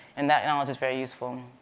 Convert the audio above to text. and that knowledge is very useful.